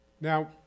Now